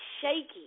shaky